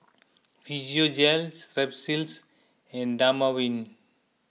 Physiogel Strepsils and Dermaveen